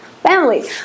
family